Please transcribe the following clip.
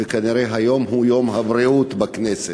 וכנראה היום הוא יום הבריאות בכנסת: